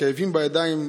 כאבים בידיים,